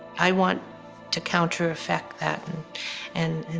i want to counter effect that and and